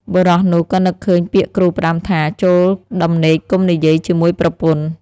បុរសនោះក៏នឹកឃើញពាក្យគ្រូផ្ដាំថា "ចូលដំណេកកុំនិយាយជាមួយប្រពន្ធ"។